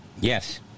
Yes